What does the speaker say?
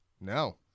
No